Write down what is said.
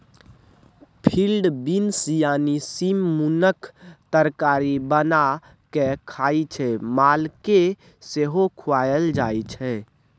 field beans यानी सीम मनुख तरकारी बना कए खाइ छै मालकेँ सेहो खुआएल जाइ छै